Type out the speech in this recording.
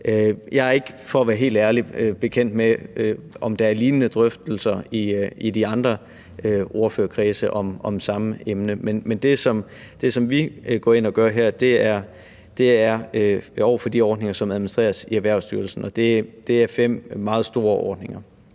helt ærlig er jeg ikke bekendt med, om der er lignende drøftelser i de andre ordførerkredse om samme emne, men det, som vi går ind og gør her, er over for de ordninger, som administreres i Erhvervsstyrelsen, og det er fem meget store ordninger.